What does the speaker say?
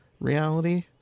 reality